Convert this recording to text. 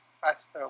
faster